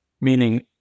meaning